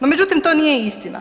No, međutim to nije istina.